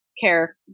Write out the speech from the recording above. care